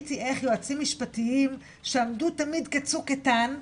ראיתי איך יועצים משפטיים שעמדו תמיד כצוק איתן,